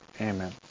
amen